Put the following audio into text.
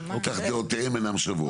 כך דעותיהם אינן שוות.